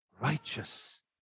Righteous